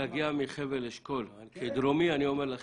רבותיי, להגיע מחבל אשכול, כדרומי אני אומר לכם,